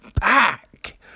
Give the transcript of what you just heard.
back